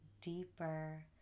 deeper